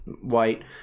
white